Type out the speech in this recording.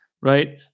right